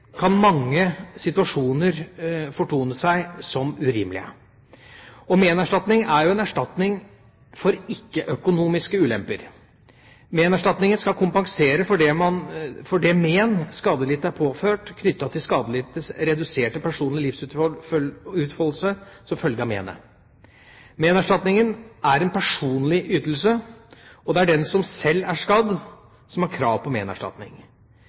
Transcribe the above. kan mange situasjoner fortone seg som urimelige. Menerstatning er jo en erstatning for ikke-økonomiske ulemper. Menerstatningen skal kompensere for det men skadelidte er påført knyttet til skadelidtes reduserte personlige livsutfoldelse som følge av menet. Menerstatningen er en personlig ytelse. Det er den som sjøl er skadd, som har krav på menerstatning.